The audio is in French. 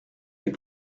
les